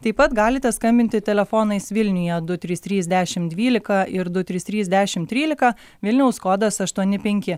taip pat galite skambinti telefonais vilniuje du trys trys dešimt dvylika ir du trys trys dešimt trylika vilniaus kodas aštuoni penki